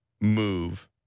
move